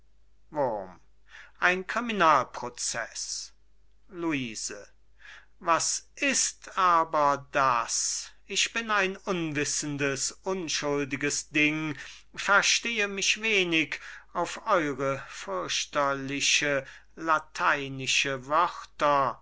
ein criminal proceß luise was ist aber das ich bin ein unwissendes unschuldiges ding verstehe mich wenig auf eure fürchterlichen lateinischen wörter